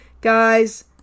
Guys